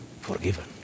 forgiven